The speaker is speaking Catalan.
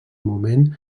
moment